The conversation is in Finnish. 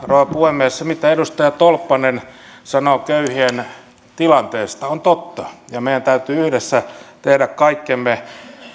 rouva puhemies se mitä edustaja tolppanen sanoo köyhien tilanteesta on totta ja meidän täytyy yhdessä tehdä kaikkemme